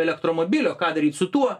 elektromobilio ką daryt su tuo